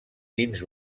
dins